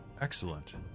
Excellent